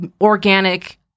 organic